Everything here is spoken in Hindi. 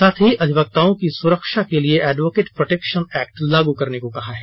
साथ ही अधिवक्ताओं की सुरक्षा के लिए एडवोकेट प्रोटेक्शन एक्ट लागू करने को कहा है